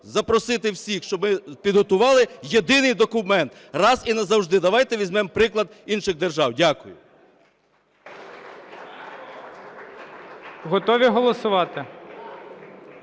запросити всіх, щоби підготували єдиний документ раз і назавжди. Давайте візьмемо приклад інших держав. Дякую. ГОЛОВУЮЧИЙ. Готові голосувати?